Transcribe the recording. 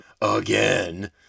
again